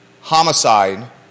homicide